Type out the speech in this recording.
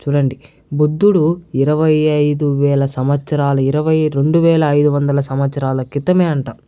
చూడండి బుద్ధుడు ఇరవై ఐదు వేల సంవత్సరాలు ఇరవై రెండు వేల ఐదు వందల సంవత్సరాల క్రితమే అంట